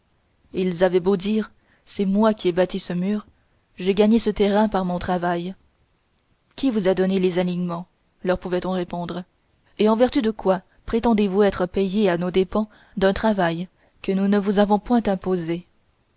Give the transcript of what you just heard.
ils avaient beau dire c'est moi qui ai bâti ce mur j'ai gagné ce terrain par mon travail qui vous a donné les alignements leur pouvait-on répondre et en vertu de quoi prétendez-vous être payé à nos dépens d'un travail que nous ne vous avons point